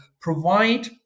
provide